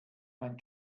mein